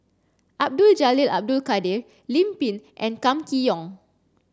Abdul Jalil Abdul Kadir Lim Pin and Kam Kee Yong